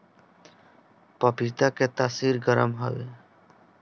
पपीता के तासीर गरम हवे